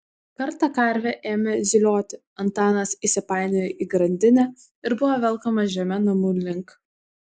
kartą karvė ėmė zylioti antanas įsipainiojo į grandinę ir buvo velkamas žeme namų link